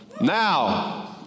Now